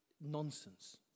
Nonsense